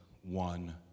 one